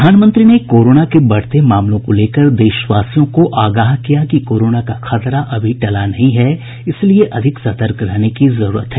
प्रधानमंत्री ने कोरोना के बढ़ते मामलों को लेकर देशवासियों को आगाह किया कि कोरोना का खतरा अभी टला नहीं है इसलिए अधिक सतर्क रहने की जरूरत है